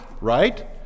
right